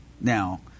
Now